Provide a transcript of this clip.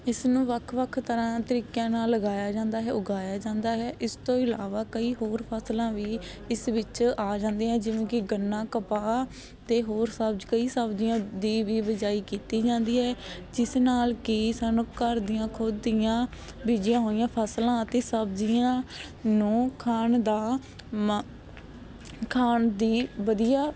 ਇਸ ਨੂੰ ਵੱਖ ਵੱਖ ਤਰ੍ਹਾਂ ਤਰੀਕਿਆਂ ਨਾਲ ਲਗਾਇਆ ਜਾਂਦਾ ਹੈ ਉਗਾਇਆ ਜਾਂਦਾ ਹੈ ਇਸ ਤੋਂ ਇਲਾਵਾ ਕਈ ਹੋਰ ਫਸਲਾਂ ਵੀ ਇਸ ਵਿੱਚ ਆ ਜਾਂਦੇ ਆ ਜਿਵੇਂ ਕਿ ਗੰਨਾ ਕਪਾਹ ਅਤੇ ਹੋਰ ਸਬਜ ਕਈ ਸਬਜ਼ੀਆਂ ਦੀ ਵੀ ਬਿਜਾਈ ਕੀਤੀ ਜਾਂਦੀ ਹੈ ਜਿਸ ਨਾਲ ਕਿ ਸਾਨੂੰ ਘਰ ਦੀਆਂ ਖੁਦ ਦੀਆਂ ਬੀਜੀਆਂ ਹੋਈਆਂ ਫਸਲਾਂ ਅਤੇ ਸਬਜ਼ੀਆਂ ਨੂੰ ਖਾਣ ਦਾ ਮ ਖਾਣ ਦੀ ਵਧੀਆ